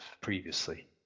previously